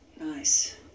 nice